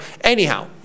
anyhow